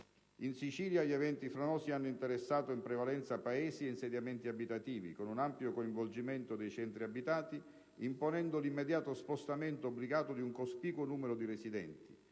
In Sicilia, gli eventi franosi hanno interessato in prevalenza paesi e insediamenti abitativi, con un ampio coinvolgimento dei centri abitati, imponendo l'immediato spostamento obbligato di un cospicuo numero di residenti